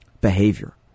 behavior